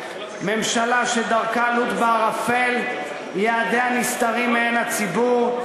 ממשלה שדרכה לוטה בערפל ויעדיה נסתרים מעין הציבור,